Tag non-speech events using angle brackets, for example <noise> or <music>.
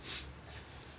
<noise>